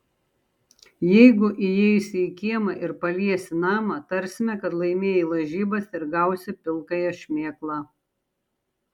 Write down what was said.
jeigu įeisi į kiemą ir paliesi namą tarsime kad laimėjai lažybas ir gausi pilkąją šmėklą